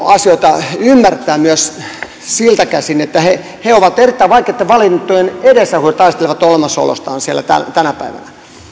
asioita ymmärtää myös siitä käsin että he he ovat erittäin vaikeiden valintojen edessä kun he taistelevat olemassaolostaan siellä tänä päivänä